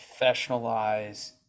professionalize